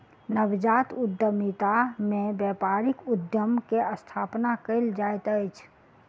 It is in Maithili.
नवजात उद्यमिता में व्यापारिक उद्यम के स्थापना कयल जाइत अछि